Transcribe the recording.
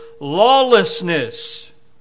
lawlessness